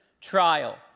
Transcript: trial